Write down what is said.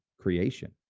Creation